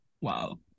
Wow